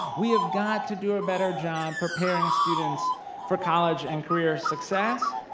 we have got to do a better job preparing students for college and career success,